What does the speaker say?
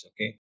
okay